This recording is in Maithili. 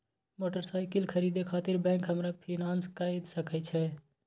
मोटरसाइकिल खरीदे खातिर बैंक हमरा फिनांस कय सके छै?